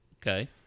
Okay